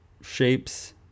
shapes